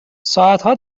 ساعتها